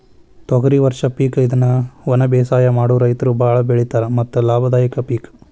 ತೊಗರಿ ವರ್ಷ ಪಿಕ್ ಇದ್ನಾ ವನಬೇಸಾಯ ಮಾಡು ರೈತರು ಬಾಳ ಬೆಳಿತಾರ ಮತ್ತ ಲಾಭದಾಯಕ ಪಿಕ್